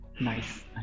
Nice